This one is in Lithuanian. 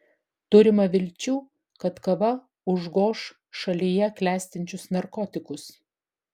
turima vilčių kad kava užgoš šalyje klestinčius narkotikus